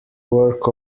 work